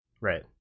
Right